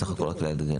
סך הכול רק לעגן,